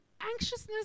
anxiousness